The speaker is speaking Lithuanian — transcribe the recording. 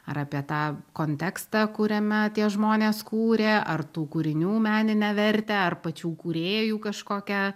ar apie tą kontekstą kuriame tie žmonės kūrė ar tų kūrinių meninę vertę ar pačių kūrėjų kažkokią